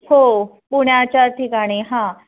हो पुण्याच्या ठिकाणी हां